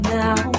now